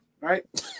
right